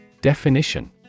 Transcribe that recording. Definition